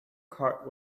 card